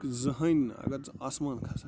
زٕہٕنۍ نہٕ اگر ژٕ آسمان کَھسکھ